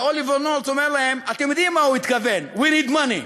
ואוליבר נורת' אומר להם: אתם יודעים מה הוא התכוון: We need money,